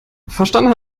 verstanden